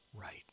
Right